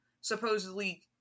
supposedly